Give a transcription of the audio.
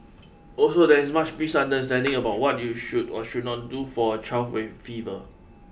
also there is much misunderstanding about what you should or should not do for a child with fever